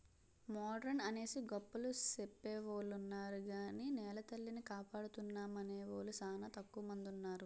modern అనేసి గొప్పలు సెప్పెవొలున్నారు గాని నెలతల్లిని కాపాడుతామనేవూలు సానా తక్కువ మందున్నారు